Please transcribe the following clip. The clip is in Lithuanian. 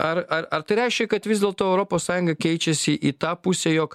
ar ar ar tai reiškia kad vis dėlto europos sąjunga keičiasi į tą pusę jog